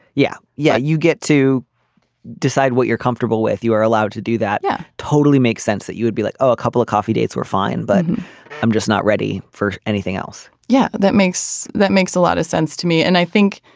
yeah. yeah you get to decide what you're comfortable with. you are allowed to do that. yeah totally makes sense that you would be like oh a couple of coffee dates were fine but i'm just not ready for anything else yeah that makes that makes a lot of sense to me and i think